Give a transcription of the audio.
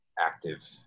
active